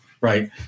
right